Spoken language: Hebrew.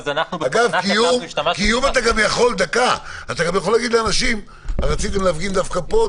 אתה גם יכול להגיד לאנשים: רציתם להפגין דווקא פה,